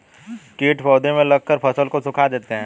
कीट पौधे में लगकर फसल को सुखा देते हैं